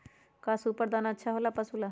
का सुपर दाना अच्छा हो ला पशु ला?